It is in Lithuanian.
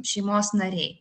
šeimos nariai